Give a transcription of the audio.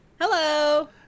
Hello